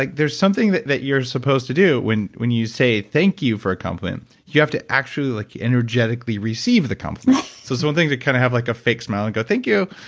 like there's something that that you're supposed to do when when you say thank you for a compliment. you have to actually like energetically receive the compliment so it's one thing to kind of have like a fake smile and go thank you,